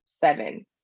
seven